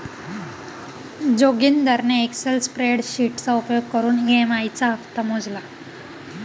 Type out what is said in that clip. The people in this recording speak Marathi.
जोगिंदरने एक्सल स्प्रेडशीटचा उपयोग करून ई.एम.आई चा हप्ता मोजला